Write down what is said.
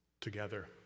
together